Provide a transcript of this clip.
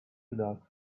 without